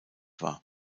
war